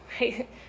right